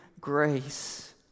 grace